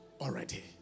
already